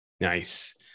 Nice